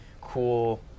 cool